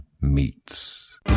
Meets